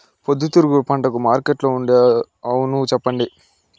పొద్దుతిరుగుడు పంటకు మార్కెట్లో ఉండే అవును చెప్పండి?